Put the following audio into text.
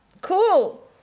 Cool